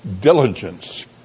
diligence